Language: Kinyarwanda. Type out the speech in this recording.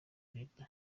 leta